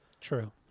True